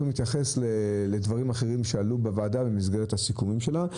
להתייחס לדברים אחרים שעלו בוועדה במסגרת הסיכומים שלה.